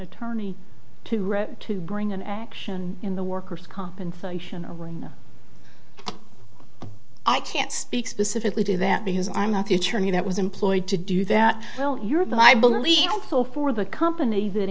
attorney to to bring an action in the workers compensation a ring i can't speak specifically to that because i'm not the attorney that was employed to do that well you're the i believe you feel for the company that